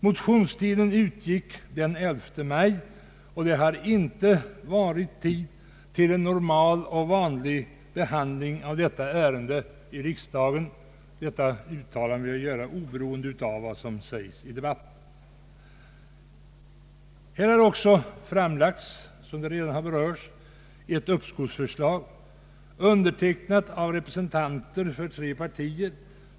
Motionstiden utgick den 11 maj, och det har inte funnits tid till en normal och vanlig behandling av detta ärende i riksdagen. Detta uttalande vill jag göra oberoende av vad som sägs i debatten. Här har också, som redan nämnts, framlagts ett uppskovsförslag, undertecknat av representanter för tre partier.